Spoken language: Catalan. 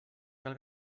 cal